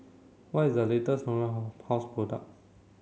what is the latest Natura how pose product